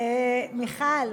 מיכל,